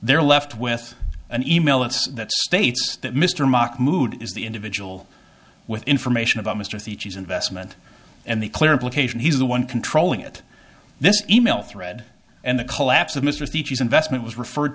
they're left with an e mail that's that states that mr mock mood is the individual with information about mr theses investment and the clear implication he's the one controlling it this e mail thread and the collapse of mr species investment was referred